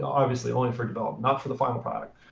obviously only for development, not for the final product,